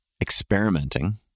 experimenting